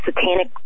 satanic